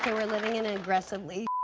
ah we're living in an aggressively,